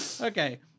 Okay